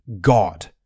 God